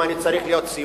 אתה לא נגד האיחוד הלאומי,